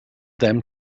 them